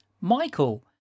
Michael